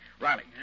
Riley